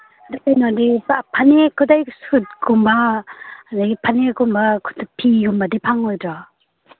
ꯀꯩꯅꯣꯗꯤ ꯐꯅꯦꯛ ꯈꯨꯗꯩ ꯁꯨꯠꯀꯨꯝꯕ ꯑꯗꯒꯤ ꯐꯅꯦꯛꯀꯨꯝꯕ ꯐꯤꯒꯨꯝꯕꯗꯤ ꯐꯪꯉꯣꯏꯗ꯭ꯔꯣ